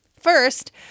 First